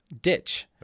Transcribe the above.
Ditch